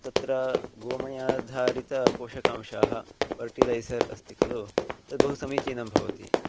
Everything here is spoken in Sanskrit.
तत्र गोमयाधारितपोषकांशाः फर्टिलैसर् अस्ति खलु तत् बहु समीचीनं भवति